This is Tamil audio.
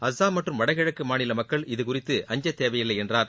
அஸ்ஸாம் மற்றும் வடகிழக்குமாநிலமக்கள் இதுகுறித்து அஞ்சத்தேவையில்லைஎன்றார்